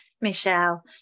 michelle